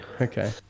Okay